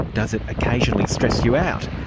does it occasionally stress you out?